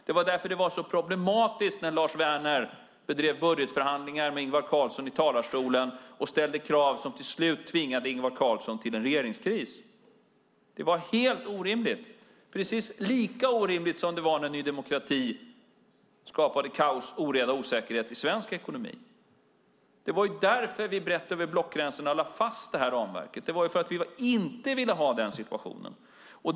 Det var därför det var så problematiskt när Lars Werner bedrev budgetförhandlingar med Ingvar Carlsson i talarstolen och ställde krav som till slut tvingade Ingvar Carlsson till en regeringskris. Det var helt orimligt - precis lika orimligt som det var när Ny demokrati skapade kaos, oreda och osäkerhet i svensk ekonomi. Det var därför som vi brett över blockgränsen lade fast ramverk. Det var därför att vi inte ville ha den situationen.